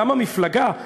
גם המפלגה,